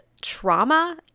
trauma